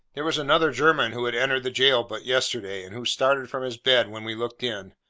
there was another german who had entered the jail but yesterday, and who started from his bed when we looked in,